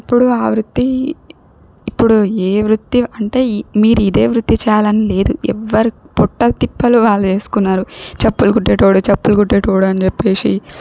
అప్పుడు ఆ వృత్తి ఇప్పుడు ఏ వృత్తి అంటే ఈ మీరిదే వృత్తి చేయాలని లేదు ఎవ్వరు పొట్టల్ తిప్పల్ వాళ్ళు చేసుకున్నారు చెప్పులు కుట్టేటోడు చెప్పులు కుట్టేటోడని చెప్పేసి